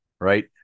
right